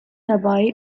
dabei